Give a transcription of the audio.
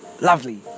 lovely